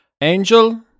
Angel